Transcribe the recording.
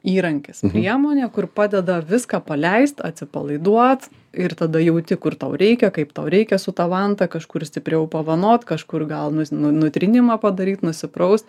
įrankis priemonė kur padeda viską paleist atsipalaiduot ir tada jauti kur tau reikia kaip tau reikia su ta vanta kažkur stipriau pavanot kažkur gaunas nu nutrynimą padaryt nusipraust